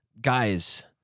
guys